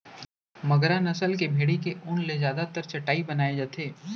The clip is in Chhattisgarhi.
मगरा नसल के भेड़ी के ऊन ले जादातर चटाई बनाए जाथे